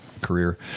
career